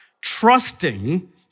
trusting